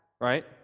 right